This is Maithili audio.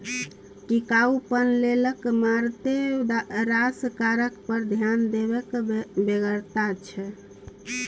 टिकाउपन लेल मारिते रास कारक पर ध्यान देबाक बेगरता छै